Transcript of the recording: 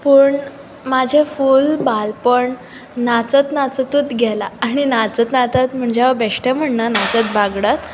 पूण म्हाजें फूल बालपण नाचत नाचतूत गेलां आनी नाचत नातत म्हणजे हांव बेश्टें म्हण्णा नाचत बागडत